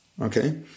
Okay